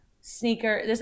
Sneaker